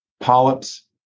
polyps